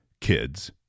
kids